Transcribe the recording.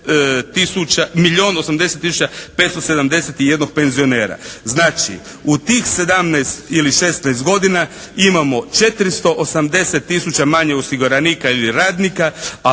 571 penzionera. Znači u tih 17 ili 16 godina imamo 480 tisuća manje osiguranika ili radnika